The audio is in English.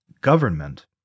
government